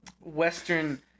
Western